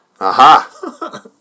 aha